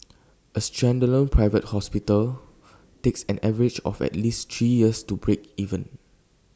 A standalone private hospital takes an average of at least three years to break even